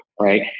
right